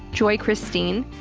joy christine,